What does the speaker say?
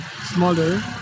smaller